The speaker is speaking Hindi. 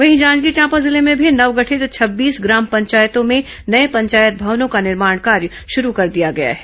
वहीं जांजगीर चांपा जिले में भी नवगठित छब्बीस ग्राम पंचायतों में नये पंचायत भवनों का निर्माण कार्य शुरू कर दिया गया है